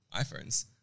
iPhones